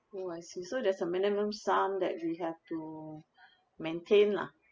oh I see so there's a minimum sum that we have to maintain lah